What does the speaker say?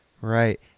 Right